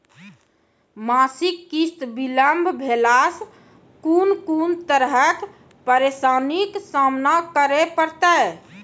मासिक किस्त बिलम्ब भेलासॅ कून कून तरहक परेशानीक सामना करे परतै?